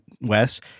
Wes –